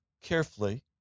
carefully